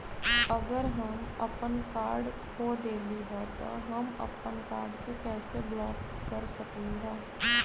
अगर हम अपन कार्ड खो देली ह त हम अपन कार्ड के कैसे ब्लॉक कर सकली ह?